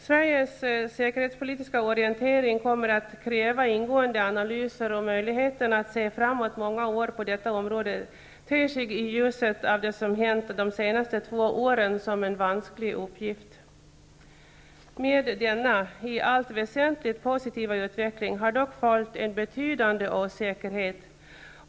Sveriges säkerhetspolitiska orientering kommer att kräva ingående analyser, och möjligheten att se framåt många år på detta område ter sig i ljuset av det som hänt de senaste två åren som en vansklig uppgift. Med denna i allt väsentligt positiva utveckling har dock följt en betydande osäkerhet.